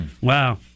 Wow